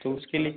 तो उसके लिए